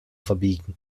verbiegen